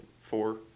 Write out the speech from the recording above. four